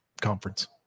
conference